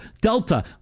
Delta